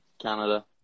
Canada